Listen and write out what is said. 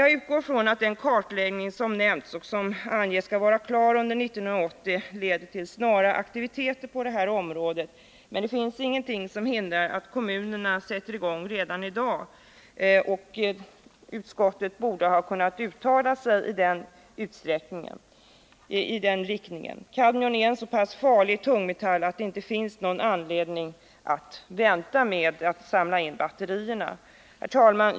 Jag utgår från att den kartläggning som nämns och som man anger skall vara klar under 1980 leder till snara aktiviteter på det här området, men det finns ingenting som hindrar att kommunerna sätter i gång redan nu. Utskottet borde ha kunnat uttala sig i den riktningen, eftersom kadmium är en så farlig tungmetall att det inte finns någon anledning att vänta med att samla in batterierna. Herr talman!